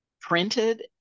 printed